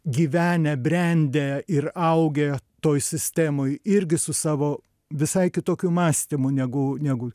gyvenę brendę ir augę toj sistemoj irgi su savo visai kitokiu mąstymu negu negu